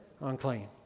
Unclean